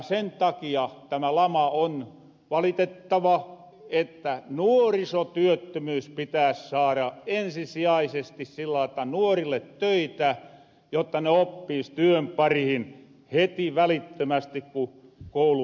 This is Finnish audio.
sen takia tämä lama on valitettava että nuorisotyöttömyys pitääs saara ensisijaisesti sillä lailla että nuorille töitä jotta ne oppiis työn parihin heti välittömästi ku koulun lopettaa